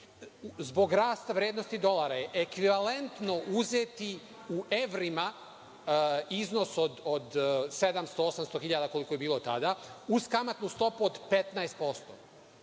zbog rasta vrednosti dolara je ekvivaletno uzeti u evrima iznos od 700, 800 hiljada, koliko je bilo tada, uz kamatnu stopu od 15%,